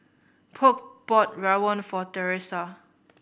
Polk bought Rawon for Teressa